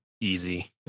easy